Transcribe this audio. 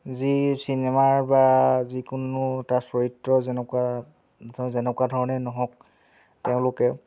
যি চিনেমাৰ বা যিকোনো এটা চৰিত্ৰৰ যেনেকুৱা তেওঁ যেনেকুৱা ধৰণে নহওক তেওঁলোকে